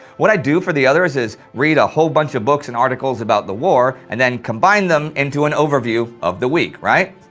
what i do for the others is read a whole bunch of books and articles about the war and then combine them into an overview of the week, right?